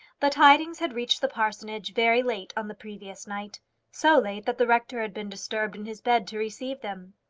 the tidings had reached the parsonage very late on the previous night so late that the rector had been disturbed in his bed to receive them.